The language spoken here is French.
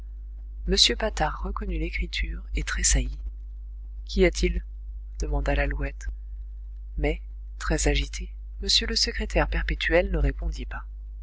m patard reconnut l'écriture et tressaillit qu'y a-t-il demanda lalouette mais très agité m le secrétaire perpétuel ne répondit pas